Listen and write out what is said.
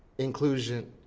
inclusion,